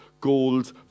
gold